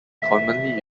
commonly